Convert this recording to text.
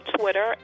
twitter